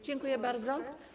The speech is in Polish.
Dziękuję bardzo.